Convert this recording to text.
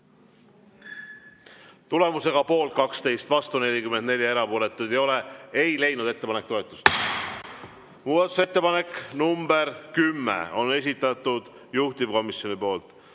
Tulemusega poolt 12, vastu 44, erapooletuid ei ole ei leidnud ettepanek toetust. Muudatusettepanek nr 10 on esitatud juhtivkomisjoni poolt.